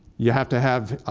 you have to have